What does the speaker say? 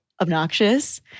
obnoxious